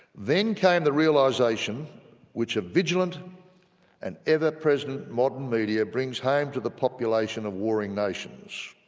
then came the realisation which a vigilant and ever present modern media brings home to the population of warring nations,